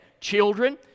children